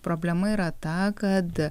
problema yra ta kad